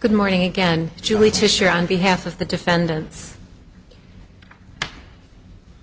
good morning again julie to share on behalf of the defendants